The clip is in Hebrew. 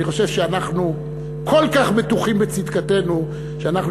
אני חושב שאנחנו כל כך בטוחים בצדקתנו שאנחנו